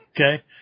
okay